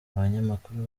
abanyamakuru